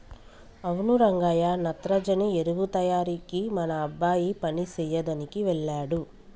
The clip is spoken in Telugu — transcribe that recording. అవును రంగయ్య నత్రజని ఎరువు తయారీకి మన అబ్బాయి పని సెయ్యదనికి వెళ్ళాడు